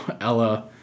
Ella